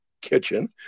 kitchen